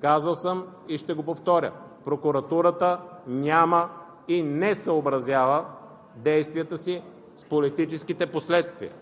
Казал съм и ще го повторя, прокуратурата няма и не съобразява действията си с политическите последствия,